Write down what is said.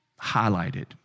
highlighted